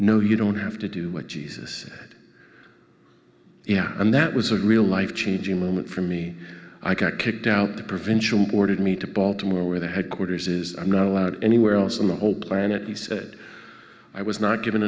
no you don't have to do what jesus said yeah and that was a real life changing moment for me i got kicked out the provincial ordered me to baltimore where the headquarters is not allowed anywhere else in the open and he said i was not given